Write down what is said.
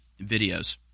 videos